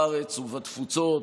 בארץ ובתפוצות,